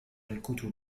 الكتب